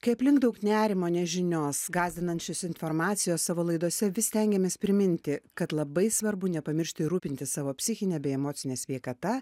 kai aplink daug nerimo nežinios gąsdinančios informacijos savo laidose vis stengiamės priminti kad labai svarbu nepamiršti rūpintis savo psichine bei emocine sveikata